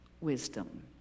wisdom